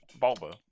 Bulba